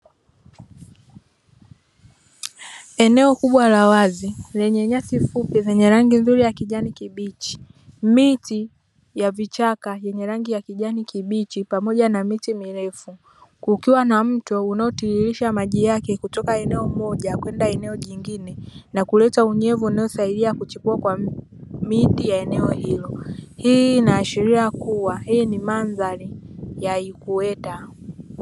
Eneo kubwa la wazi lenye nyasi fupi zenye rangi nzuri ya kijani kibichi, miti ya vichaka yenye rangi ya kijani kibichi pamoja na miti mirefu, kukiwa na mto unaotiririsha maji yake kutoka eneo moja kwenda eneo nyingine na kuleta unyevu unaosaidia kuchipua kwa miti ya eneo hilo, hii inaashiria kuwa hii ni mandhari ya ikweta.